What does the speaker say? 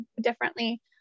differently